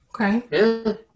Okay